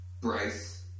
Bryce